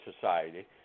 Society